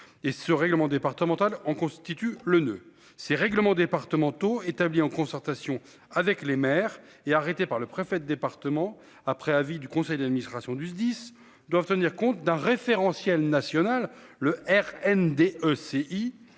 ce règlement départemental en constitue le noeud ces règlements départementaux établi en concertation avec les maires et arrêté par le préfet de département après avis du conseil d'administration du SDIS, doivent tenir compte d'un référentiel national le R